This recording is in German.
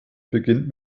beginnt